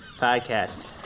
podcast